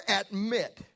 admit